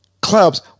clubs